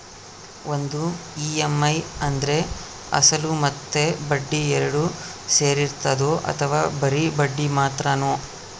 ಒಂದು ಇ.ಎಮ್.ಐ ಅಂದ್ರೆ ಅಸಲು ಮತ್ತೆ ಬಡ್ಡಿ ಎರಡು ಸೇರಿರ್ತದೋ ಅಥವಾ ಬರಿ ಬಡ್ಡಿ ಮಾತ್ರನೋ?